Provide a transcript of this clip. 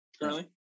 currently